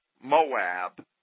Moab